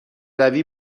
روی